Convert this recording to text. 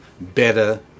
better